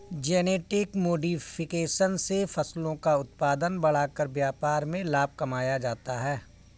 genetic modification से फसलों का उत्पादन बढ़ाकर व्यापार में लाभ कमाया जाता है